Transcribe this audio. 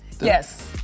yes